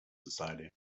society